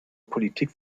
politik